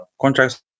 contracts